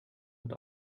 und